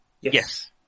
Yes